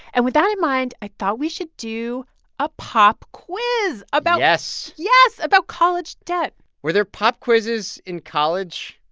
and with that in mind, i thought we should do a pop quiz about. yes yes about college debt were there pop quizzes in college?